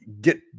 get